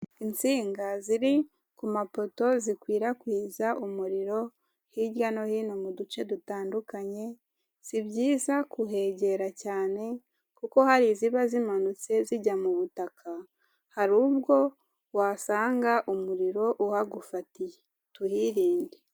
Insinga ziri ku mapoto zikwirakwiza umuriro hirya no hino mu duce dutandukanye si byiza kuhegera cyane kuko hari iziba zimanutse zijya mu butaka hari ubwo wasanga umuriro uhagufatiye, tuhirinde.